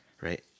right